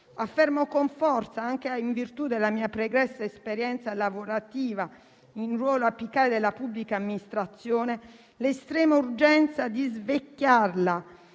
Affermo con forza, anche in virtù della mia pregressa esperienza lavorativa in ruolo apicale della pubblica amministrazione, l'estrema urgenza di svecchiarla,